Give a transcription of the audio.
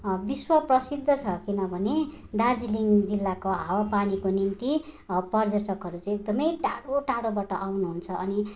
विश्वप्रसिद्ध छ किनभने दार्जिलिङ जिल्लाको हावापानीको निम्ति पर्यटकहरू चाहिँ एकदमै टाढो टाढोबाट आउनुहुन्छ अनि